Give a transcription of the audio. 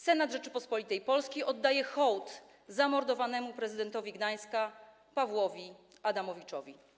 Senat Rzeczypospolitej Polskiej oddaje hołd zamordowanemu prezydentowi Gdańska Pawłowi Adamowiczowi.